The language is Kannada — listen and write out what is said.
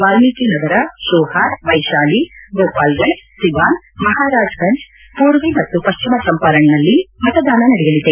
ವಾಲ್ಲೀಕಿ ನಗರ ಶೋಹಾರ್ ವೈಶಾಲಿ ಗೋಪಾಲ್ಗಂಜ್ ಸಿವಾನ್ ಮಹಾರಾಜ್ ಗಂಜ್ ಪೂರ್ವಿ ಮತ್ತು ಪಶ್ಲಿಮ ಚಂಪಾರಣ್ನಲ್ಲಿ ಮತದಾನ ನಡೆಯಲಿದೆ